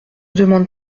demande